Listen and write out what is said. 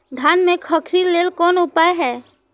धान में खखरी लेल कोन उपाय हय?